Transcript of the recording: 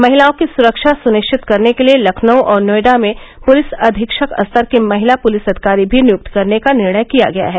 महिलाओं की सुरक्षा सुनिश्चित करने के लिए लखनऊ और नोएडा में पुलिस अधीक्षक स्तर की महिला पुलिस अधिकारी भी नियुक्त करने का निर्णय किया गया है